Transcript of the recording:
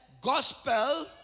Gospel